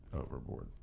overboard